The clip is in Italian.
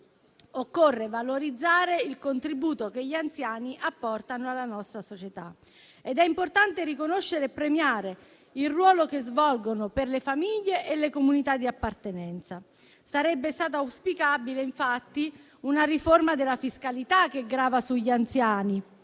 Occorre valorizzare il contributo che gli anziani apportano alla nostra società ed è importante riconoscere e premiare il ruolo che svolgono per le famiglie e le comunità di appartenenza. Sarebbe stata auspicabile, infatti, una riforma della fiscalità che grava sugli anziani,